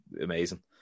amazing